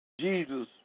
Jesus